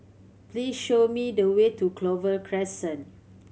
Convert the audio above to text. please show me the way to Clover Crescent